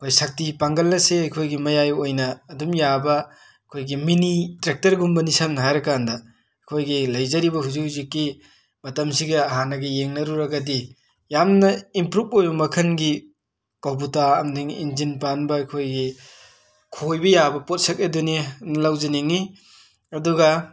ꯈꯣꯏ ꯁꯛꯇꯤ ꯄꯥꯡꯒꯜ ꯑꯁꯤ ꯑꯈꯣꯏꯒꯤ ꯃꯌꯥꯏ ꯑꯣꯏꯅ ꯑꯗꯨꯝ ꯌꯥꯕ ꯑꯈꯣꯏꯒꯤ ꯃꯤꯅꯤ ꯇ꯭ꯔꯦꯛꯇꯔꯒꯨꯝꯕꯅꯤ ꯁꯝꯅ ꯍꯥꯏꯔꯀꯥꯟꯗ ꯑꯈꯣꯏꯒꯤ ꯂꯩꯖꯔꯤꯕ ꯍꯨꯖꯤꯛ ꯍꯨꯖꯤꯛꯀꯤ ꯃꯇꯝꯁꯤꯒ ꯍꯥꯟꯅꯒ ꯌꯦꯡꯅꯔꯨꯔꯒꯗꯤ ꯌꯥꯝꯅ ꯏꯝꯄ꯭ꯔꯨꯞ ꯑꯣꯏꯕ ꯃꯈꯟꯒꯤ ꯀꯧꯕꯨꯇꯥ ꯑꯃꯅꯤ ꯏꯟꯖꯤꯟ ꯄꯥꯟꯕ ꯑꯈꯣꯏꯒꯤ ꯈꯣꯏꯕ ꯌꯥꯕ ꯄꯣꯠꯁꯛ ꯑꯗꯨꯅꯤ ꯂꯧꯖꯅꯤꯡꯉꯤ ꯑꯗꯨꯒ